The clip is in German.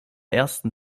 ersten